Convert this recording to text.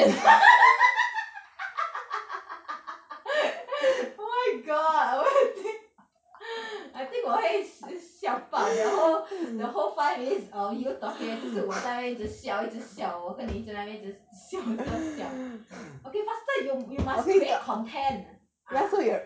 oh my god what I think I think 我会笑 bah that whole the whole five minutes of you talking 就是我在那边一直笑一直笑我跟你在那边一直笑到 siao okay faster you you must create content ah